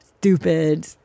stupid